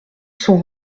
son